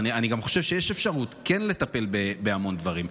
אני חושב שיש אפשרות כן לטפל בהמון דברים,